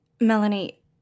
Melanie